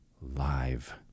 live